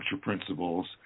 principles